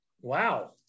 Wow